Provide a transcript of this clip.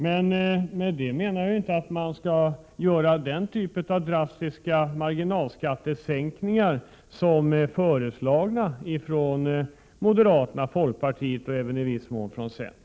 Men med det menar jag inte att man skall göra den typ av drastiska marginalskattesänkningar som har föreslagits av moderaterna, folkpartiet och även i viss mån centern.